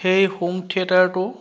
হেই home থিয়েটাৰটো